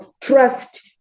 trust